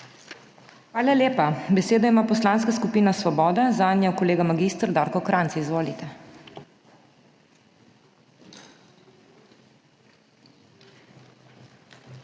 Hvala lepa. Besedo ima Poslanska skupina Svoboda, zanjo kolega mag. Darko Krajnc. Izvolite.